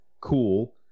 cool